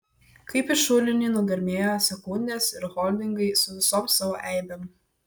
kaip į šulinį nugarmėjo sekundės ir holdingai su visom savo eibėm